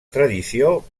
tradició